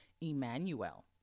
Emmanuel